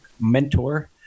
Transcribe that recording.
mentor